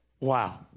wow